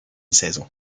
saison